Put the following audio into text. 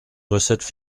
recettes